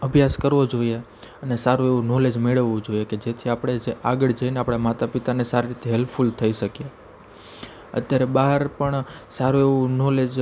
અભ્યાસ કરવો જોઈએ અને સારું એવું નોલેજ મેળવવું જોઈએ કે જેથી આપણે આગળ જઈને આપણાં માતા પિતાને સારી રીતે હેલફુલ થઈ શકીએ અત્યારે બહાર પણ સારું એવું નોલેજ